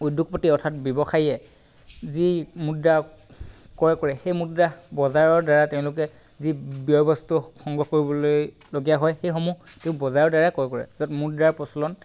উদ্যোগপতি অৰ্থাৎ ব্যৱসায়ীয়ে যি মুদ্ৰা ক্ৰয় কৰে সেই মুদ্ৰা বজাৰৰ দ্বাৰা তেওঁলোকে যি বয় বস্তু সংগ্ৰহ কৰিবলৈলগীয়া হয় সেইসমূহ সেই বজাৰৰ দ্বাৰা ক্ৰয় কৰে য'ত মুদ্ৰাৰ প্ৰচলন